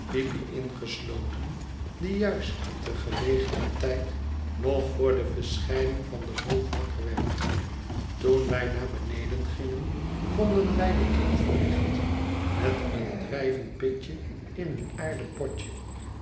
peepy ingesloten die juist te gelegener tijd nog voor de verschijning van den wolf wakker werd toen wij naar beneden gingen vonden wij de trap verlicht met een drijvend pitje in een aarden potje